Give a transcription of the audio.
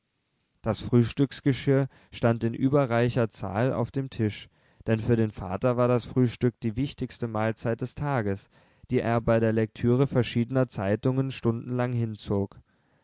das frühstücksgeschirr stand in überreicher zahl auf dem tisch denn für den vater war das frühstück die wichtigste mahlzeit des tages die er bei der lektüre verschiedener zeitungen stundenlang hinzog